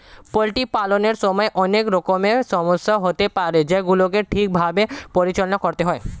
poultry পালনের সময় অনেক রকমের সমস্যা হতে পারে যেগুলিকে ঠিক ভাবে পরিচালনা করতে হয়